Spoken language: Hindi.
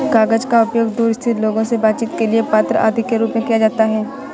कागज का उपयोग दूर स्थित लोगों से बातचीत के लिए पत्र आदि के रूप में किया जाता है